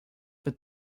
but